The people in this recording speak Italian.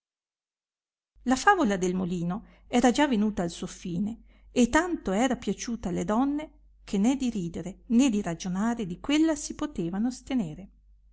la favola del molino era già venuta al suo fine e tanto era piaciuta alle donne che né di ridere né di ragionare di quella si potevano astenere